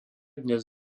dnes